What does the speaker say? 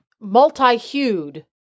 multi-hued